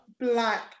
black